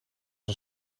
een